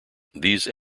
these